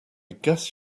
guess